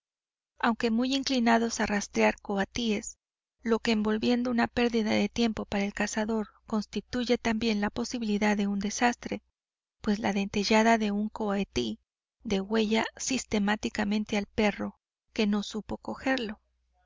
aunque muy inclinados a rastrear coatíes lo que envolviendo una pérdida de tiempo para el cazador constituye también la posibilidad de un desastre pues la dentellada de un coatí degüella sistemáticamente al perro que no supo cogerlo